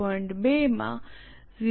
2 માં 0